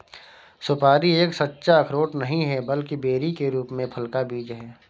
सुपारी एक सच्चा अखरोट नहीं है, बल्कि बेरी के रूप में फल का बीज है